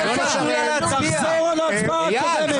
--- תחזור על ההצבעה הקודמת.